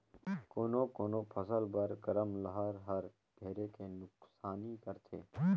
कोनो कोनो फसल बर गरम लहर हर ढेरे के नुकसानी करथे